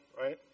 right